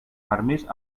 permís